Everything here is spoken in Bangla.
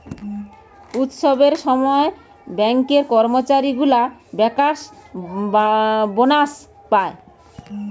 উৎসবের সময় ব্যাঙ্কের কর্মচারী গুলা বেঙ্কার্স বোনাস পায়